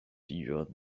figure